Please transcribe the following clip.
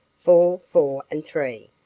four, four, and three,